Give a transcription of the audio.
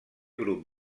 grup